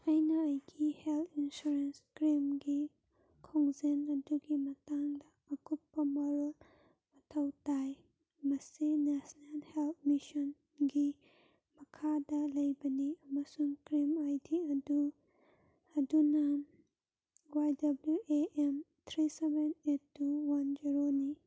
ꯑꯩꯅ ꯑꯩꯒꯤ health insurance ꯀ꯭ꯂꯦꯝꯒꯤ ꯈꯣꯡꯖꯦꯜ ꯑꯗꯨꯒꯤ ꯃꯇꯥꯡꯗ ꯑꯀꯨꯞꯄ ꯃꯔꯣꯜ ꯃꯊꯧ ꯇꯥꯏ ꯃꯁꯤꯅ ꯅꯦꯁꯅꯦꯜ ꯍꯦꯜ ꯃꯤꯁꯟꯒꯤ ꯃꯈꯥꯗ ꯂꯩꯕꯅꯤ ꯑꯃꯁꯨꯡ ꯀ꯭ꯂꯦꯝ ꯑꯥꯏ ꯗꯤ ꯑꯗꯨꯅ Y W A M three seven eight two one ꯖꯦꯔꯣꯅꯤ